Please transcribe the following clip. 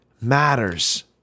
matters